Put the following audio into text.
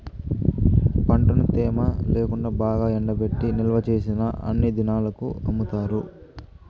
పంటను తేమ లేకుండా బాగా ఎండబెట్టి నిల్వచేసిన ఎన్ని దినాలకు అమ్ముతారు?